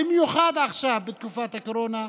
במיוחד עכשיו בתקופת הקורונה,